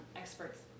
experts